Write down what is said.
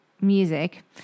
music